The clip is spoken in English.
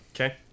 Okay